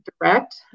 direct